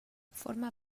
forma